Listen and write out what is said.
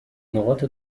نقاط